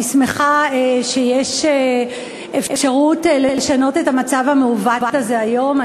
אני שמחה שיש אפשרות לשנות את המצב המעוות הזה היום.